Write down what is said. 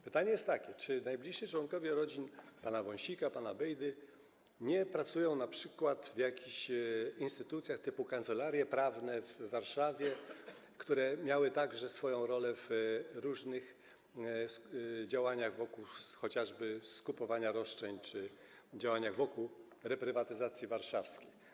Pytanie jest takie: Czy najbliżsi członkowie rodzin pana Wąsika, pana Bejdy nie pracują np. w jakichś instytucjach typu kancelarie prawne w Warszawie, które miały także swoją rolę w różnych działaniach dotyczących chociażby skupowania roszczeń czy działaniach wokół reprywatyzacji warszawskiej?